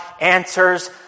answers